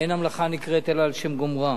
ואין המלאכה נקראת אלא על שם גומרה.